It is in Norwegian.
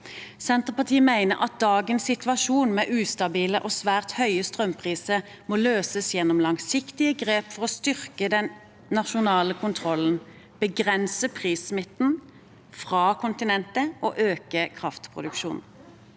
Senterpartiet mener at dagens situasjon, med ustabile og svært høye strømpriser, må løses gjennom langsiktige grep for å styrke den nasjonale kontrollen, begrense prissmitten fra kontinentet og øke kraftproduksjonen.